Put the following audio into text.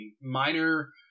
minor